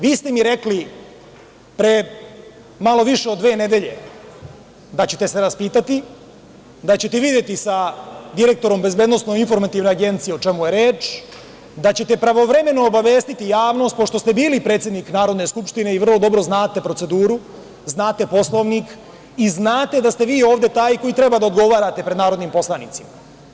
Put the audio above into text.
Vi ste mi rekli, pre malo više od dve nedelje, da ćete se raspitati, da ćete videti sa direktorom BIA o čemu je reč, da ćete pravovremeno obavestiti javnost, pošto ste bili predsednik Narodne skupštine i vrlo dobro znate proceduru, znate Poslovnik i znate da ste vi ovde taj koji treba da odgovarate pred narodnim poslanicima.